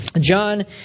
John